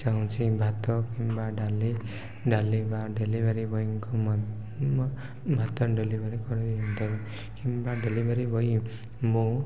ଚାହୁଁଛି ଭାତ କିମ୍ବା ଡାଲି ଡାଲି ବା ଡେଲିଭରୀ ବୟଙ୍କ ଭାତ ଡେଲିଭରୀ କରାଇ ଦିଅନ୍ତା କିମ୍ବା ଡେଲିଭରୀ ବୟ ମୁଁ